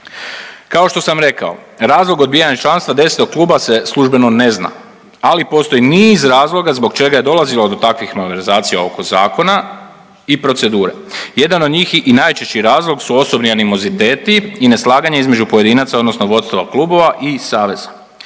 Kao što sam rekao razlog odbijanja članstva 10 kluba se službeno ne zna, ali postoji niz razloga zbog čega je dolazilo do takvih malverzacija oko zakona i procedure. Jedan od njih i najčešći razlog su osobni animoziteti i ne slaganje između pojedinaca odnosno vodstva klubova i saveza.